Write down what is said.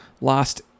lost